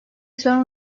sorun